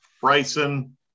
Bryson